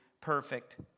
perfect